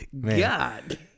God